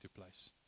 place